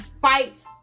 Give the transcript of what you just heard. Fight